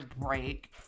break